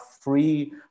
free